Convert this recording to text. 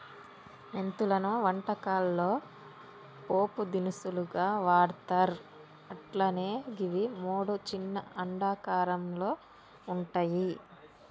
మెంతులను వంటకాల్లో పోపు దినుసుగా వాడ్తర్ అట్లనే గివి మూడు చిన్న అండాకారంలో వుంటయి